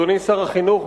אדוני שר החינוך,